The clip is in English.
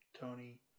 tony